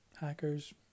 Hackers